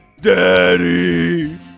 Daddy